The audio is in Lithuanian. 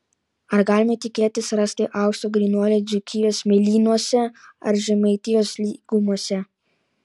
ar galima tikėtis rasti aukso grynuolį dzūkijos smėlynuose ar žemaitijos lygumose